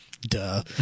duh